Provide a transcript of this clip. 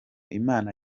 imana